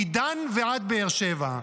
מדן ועד באר שבע.